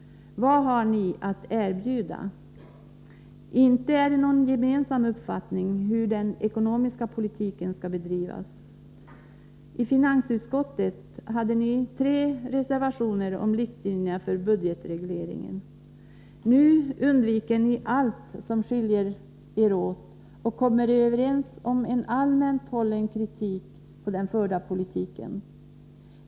Vad har ni att erbjuda? Inte är det någon gemensam uppfattning om hur den ekonomiska politiken skall bedrivas. I finansutskottets betänkande 25 hade ni var sin reservation om riktlinjerna för budgetregleringen. Nu undviker ni allt som skiljer er åt och kommer överens om en allmänt hållen kritik mot den förda politiken.